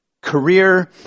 career